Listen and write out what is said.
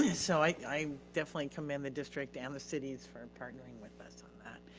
so i i definitely commend the district and the cities for partnering with us on that.